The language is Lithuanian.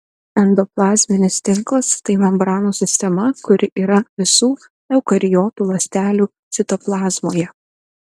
endoplazminis tinklas tai membranų sistema kuri yra visų eukariotų ląstelių citoplazmoje